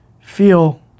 feel